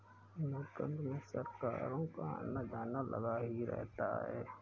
लोकतंत्र में सरकारों का आना जाना लगा ही रहता है